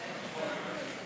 אולי להחזיר לוועדה.